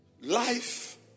Life